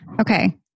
Okay